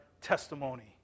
testimony